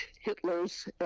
Hitler's